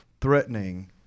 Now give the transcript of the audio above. threatening